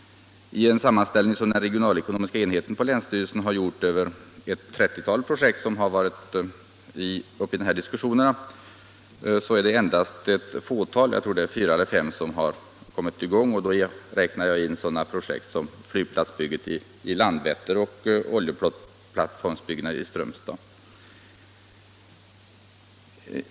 I en sammanställning som den regionalekonomiska enheten på länsstyrelsen har gjort över ett 30-tal projekt som förekommit i debatten är det endast ett fåtal — jag tror det är fyra eller fem — som är i gång. Då räknar jag också in sådana projekt som flygplatsbygget i Landvetter och oljeplattformsbyggena i Strömstad.